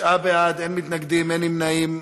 תשעה בעד, אין מתנגדים, אין נמנעים.